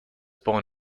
born